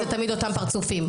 זה תמיד אותם פרצופים,